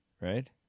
right